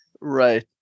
Right